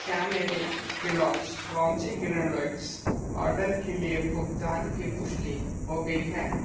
क्या मेरे Kellogg's crunchy order के लिए भुगतान की पुष्टि हो गई है